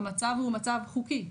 המצב הוא מצב חוקי.